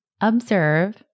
observe